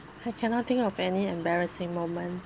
I cannot think of any embarrassing moment